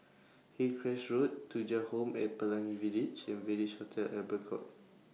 Hillcrest Road Thuja Home At Pelangi Village and Village Hotel Albert Court